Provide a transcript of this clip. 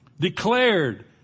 Declared